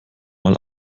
mal